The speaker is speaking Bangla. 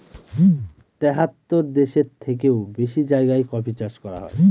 তেহাত্তর দেশের থেকেও বেশি জায়গায় কফি চাষ করা হয়